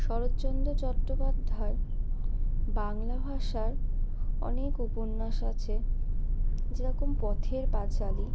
শরৎচন্দ্র চট্টোপাধ্যায় বাংলা ভাষার অনেক উপন্যাস আছে যেরকম পথের পাঁচালী